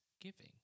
giving